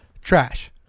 Trash